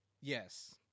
Yes